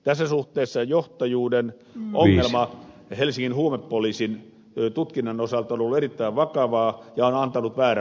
tässä suhteessa johtajuuden ongelma helsingin huumepoliisin tutkinnan osalta on ollut erittäin vakava ja on antanut väärän viestin